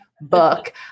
book